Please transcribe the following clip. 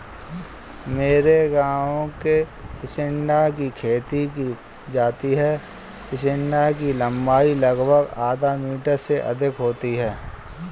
मेरे गांव में चिचिण्डा की खेती की जाती है चिचिण्डा की लंबाई लगभग आधा मीटर से अधिक होती है